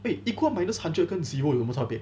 wait equal minus hundred 跟 zero 有什么差别